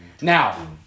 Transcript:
Now